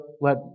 let